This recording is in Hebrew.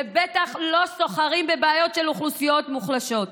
ובטח לא סוחרים בבעיות של אוכלוסיות מוחלשות.